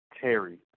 Terry